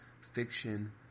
Fiction